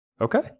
Okay